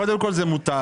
קודם כל זה מותר,